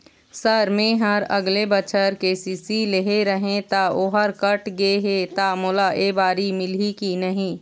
Sir मेहर अगले बछर के.सी.सी लेहे रहें ता ओहर कट गे हे ता मोला एबारी मिलही की नहीं?